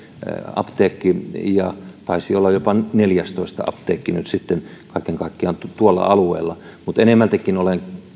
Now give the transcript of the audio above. apteekki ja taisi olla jopa neljästoista apteekki nyt sitten kaiken kaikkiaan tuolla alueella mutta enemmältikin olen